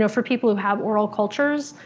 so for people who have oral cultures,